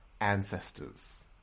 ancestors